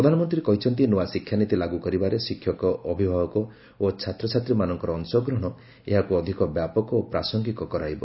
ପ୍ରଧାନମନ୍ତ୍ରୀ କହିଛନ୍ତି ନୂଆ ଶିକ୍ଷାନିତି ଲାଗୁକରିବାରେ ଶିକ୍ଷକଅଭିଭାବକ ଓ ଛାତ୍ରଛାତ୍ରୀମାନଙ୍କର ଅଂଶଗ୍ରହଣ ଏହାକୁ ଅଧିକ ବ୍ୟାପକ ଓ ପ୍ରାସଙ୍ଗିକ କରାଇବ